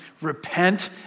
Repent